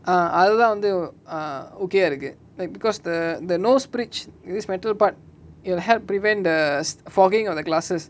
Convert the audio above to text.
ah அதுதா வந்து:athutha vanthu oh ah okay ah இருக்கு:iruku like because the the nose bridge this metal part it'll help prevent the fogging of the glasses